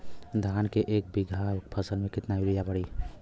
धान के एक बिघा फसल मे कितना यूरिया पड़ी?